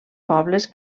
pobles